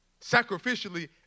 sacrificially